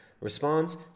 responds